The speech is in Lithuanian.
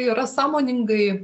yra sąmoningai